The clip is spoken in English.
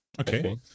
Okay